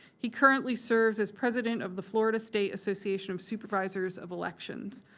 he currently serves as president of the florida state association of supervisors of elections.